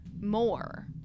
more